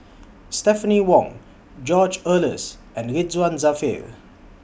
Stephanie Wong George Oehlers and Ridzwan Dzafir